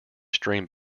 stream